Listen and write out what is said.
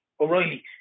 O'Reilly